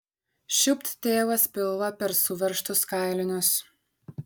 šiupt tėvas pilvą per suveržtus kailinius